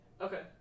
Okay